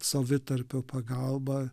savitarpio pagalba